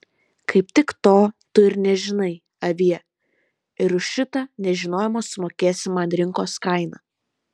kaip tik to tu ir nežinai avie ir už šitą nežinojimą sumokėsi man rinkos kainą